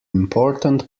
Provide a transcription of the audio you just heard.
important